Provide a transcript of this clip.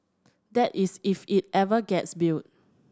that is if it ever gets built